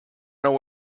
know